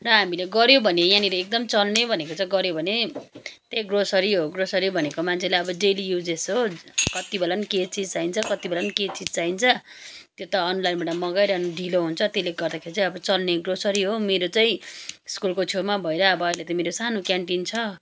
र हामीले गऱ्यो भने यहाँनिर एकदम चल्ने भनेको चाहिँ गऱ्यो भने त्यही ग्रोसरी हो ग्रोसरी भनेको मान्छेले अब डेली युजेस हो कति बेला पनि के चिज चाइन्छ कति बेला पनि के चिज चाहिन्छ त्यो त अनलाइनबाट मगाइरहनु ढिलो हुन्छ त्यसले गर्दाखेरि चाहिँ अब चल्ने ग्रोसरी हो मेरो चाहिँ स्कुलको छेउमा भएर अब अहिले त मेरो सानो क्यानटिन छ